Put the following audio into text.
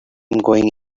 going